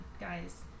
Guys